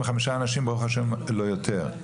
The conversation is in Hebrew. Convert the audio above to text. נהרגו 45 אנשים, ברוך השם לא יותר.